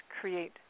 create